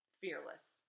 fearless